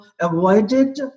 avoided